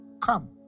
come